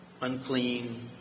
Unclean